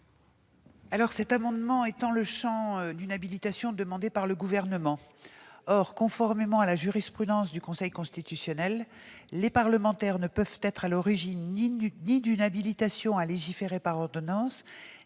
? Cet amendement vise à étendre le champ d'une habilitation demandée par le Gouvernement. Or, conformément à la jurisprudence du Conseil constitutionnel, les parlementaires ne peuvent être à l'origine ni d'une habilitation à légiférer par ordonnances